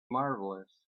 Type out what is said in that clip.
marvelous